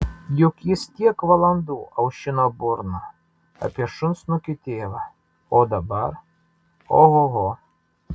juk jis tiek valandų aušino burną apie šunsnukį tėvą o dabar ohoho